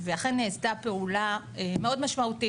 ואכן נעשתה פעולה מאוד משמעותית.